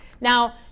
Now